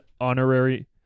honorary